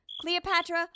Cleopatra